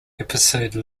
episode